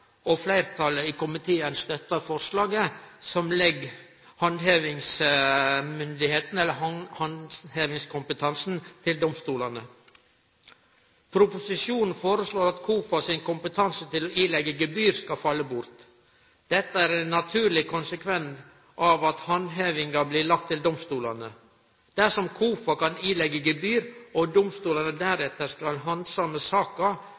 og fleirtalet i komiteen støttar forslaget, som legg handhevingsmyndigheita, eller handhevingskompetansen, til domstolane. Proposisjonen foreslår at KOFA sin kompetanse til å påleggje gebyr skal falle bort. Dette er ein naturleg konsekvens av at handhevinga blir lagd til domstolane. Dersom KOFA kan påleggje gebyr, og domstolane deretter skal handsame